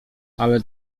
ale